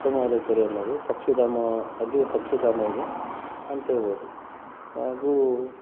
ಉತ್ತಮವಾದ ಕೆರೆ ಅನ್ನೋದು ಪಕ್ಷಿಧಾಮ ಅಲ್ಲಿಯೂ ಪಕ್ಷಿಧಾಮ ಇದೆ ಅಂತ್ಹೇಳ್ಬೌದು ಹಾಗೂ